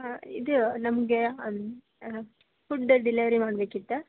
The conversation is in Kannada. ಹಾಂ ಇದು ನಮಗೆ ಫುಡ್ಡು ಡೆಲಿವರಿ ಮಾಡ್ಬೇಕಿತ್ತು